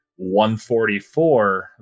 144